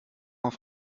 auf